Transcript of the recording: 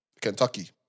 Kentucky